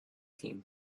team